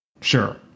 Sure